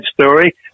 story